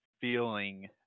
feeling